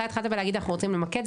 אתה התחלת בלהגיד שאנחנו רוצים למקד.